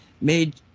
made